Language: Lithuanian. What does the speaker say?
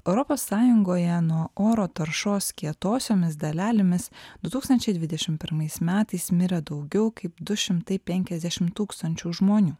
europos sąjungoje nuo oro taršos kietosiomis dalelėmis du tūkstančiai dvidešim pirmais metais mirė daugiau kaip du šimtai penkiasdešim tūkstančių žmonių